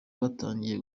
batangiye